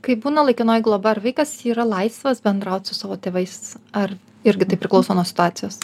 kai būna laikinoji globa ar vaikas yra laisvas bendraut su savo tėvais ar irgi tai priklauso nuo situacijos